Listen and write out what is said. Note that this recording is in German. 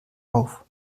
auf